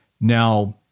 Now